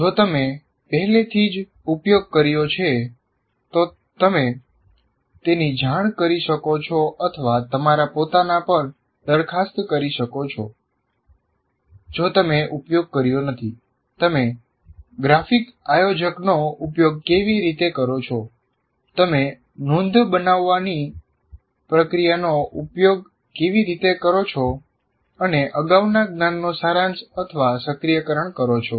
જો તમે પહેલેથી જ ઉપયોગ કર્યો છે તો તમે તેની જાણ કરી શકો છો અથવા તમારા પોતાના પર દરખાસ્ત કરી શકો છો જો તમે ઉપયોગ કર્યો નથી તમે ગ્રાફિક આયોજકનો ઉપયોગ કેવી રીતે કરો છો તમે નોંધ બનાવવાની પ્રવૃત્તિનો ઉપયોગ કેવી રીતે કરો છો અને અગાઉના જ્ઞાનનો સારાંશ અથવા સક્રિયકરણ કરો છો